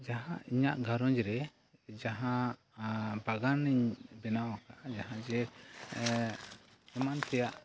ᱡᱟᱦᱟᱸ ᱤᱧᱟᱹᱜ ᱜᱷᱟᱨᱚᱸᱡᱽᱨᱮ ᱡᱟᱦᱟᱸ ᱵᱟᱜᱟᱱᱤᱧ ᱵᱮᱱᱟᱣ ᱠᱟᱜᱼᱟ ᱡᱟᱦᱟᱸ ᱡᱮ ᱮᱢᱟᱱ ᱛᱮᱭᱟᱜ